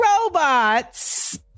robots